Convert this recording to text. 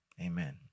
Amen